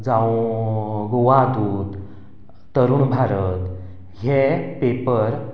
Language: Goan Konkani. जावं गोवादूत तरूण भारत हे पेपर